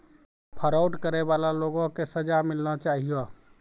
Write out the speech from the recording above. fraud करै बाला लोगो के सजा मिलना चाहियो